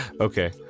Okay